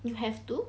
you have to